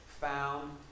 found